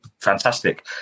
fantastic